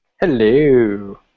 Hello